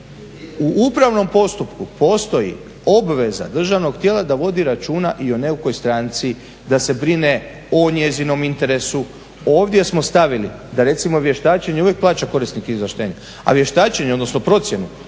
U upravnom postupku postoji obveza državnog tijela da vodi računa i o neukoj stranci, da se brine o njezinom interesu, ovdje smo stavili da recimo vještačenje uvijek plaća korisnik izvlaštenja, a vještačenje, odnosno procjenu